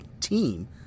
team